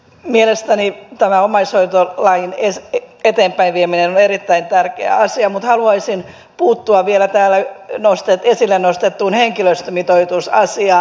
mielestäni tämä omaishoitolain eteenpäinvieminen on erittäin tärkeä asia mutta haluaisin puuttua vielä täällä esille nostettuun henkilöstömitoitusasiaan